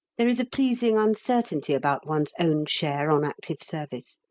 there is a pleasing uncertainty about one's own share on active service.